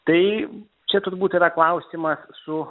tai čia turbūt yra klausimas su